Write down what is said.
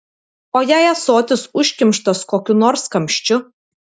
o jei ąsotis užkimštas kokiu nors kamščiu